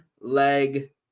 leg